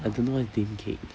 I don't know what is daim cake